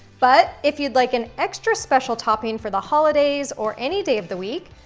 but if you'd like an extra special topping for the holidays or any day of the week,